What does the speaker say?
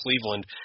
Cleveland